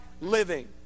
living